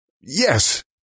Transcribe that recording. Yes